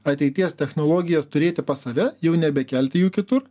ateities technologijas turėti pas save jau nebekelti jų kitur